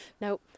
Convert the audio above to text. Now